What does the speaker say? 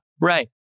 Right